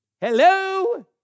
Hello